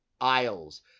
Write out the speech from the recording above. Isles